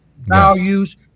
values